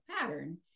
pattern